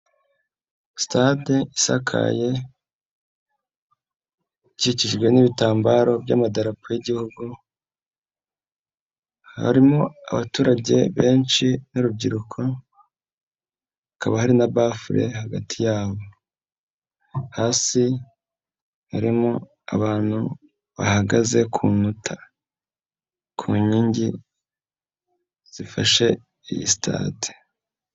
Sitade isakaye ikikijwe n'ibitambaro by'amadarapo y'igihugu, harimo abaturage benshi n'urubyiruko, akaba hari na bafure hagati yabo hasi harimo abantu bahagaze ku nkuta ku nkingi zifashe iyi sitade.